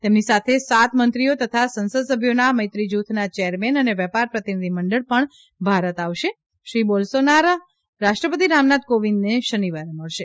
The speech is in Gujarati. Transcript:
તેમની સાથે સાત મંત્રીઓ તથા સંસદસભ્યોના મૈત્રીજૂથના ચેરમેન અને વેપાર પ્રતિનિધિમંડળ પણ ભારત આવશે શ્રી બોલસોનારા રાષ્ટ્રપતિ રામનાથ કોવિન્દને શનિવારે મળશે